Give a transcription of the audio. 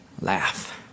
Laugh